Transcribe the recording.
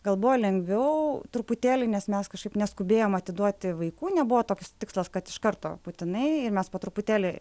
gal buvo lengviau truputėlį nes mes kažkaip neskubėjom atiduoti vaikų nebuvo tokis tikslas kad iš karto būtinai ir mes po truputėlį